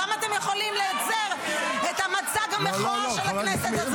כמה אתם יכולים לייצר את המצג המכוער של הכנסת הזו?